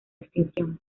extinción